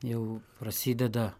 jau prasideda